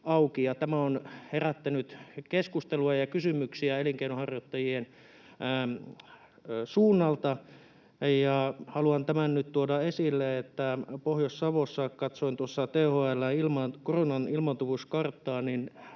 Tämä on herättänyt keskustelua ja kysymyksiä elinkeinonharjoittajien suunnalta. Haluan tämän nyt tuoda esille, että Pohjois-Savossa — katsoin tuossa THL:n koronan ilmaantuvuuskarttaa